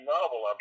novel